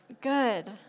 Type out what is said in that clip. Good